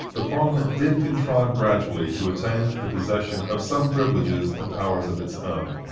the parliament did contrive gradually to attain to the possession of some privileges and powers of its own.